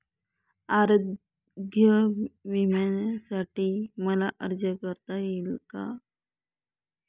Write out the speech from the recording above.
आरोग्य विम्यासाठी मला अर्ज करता येईल का?